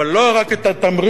אבל לא רק את התמריץ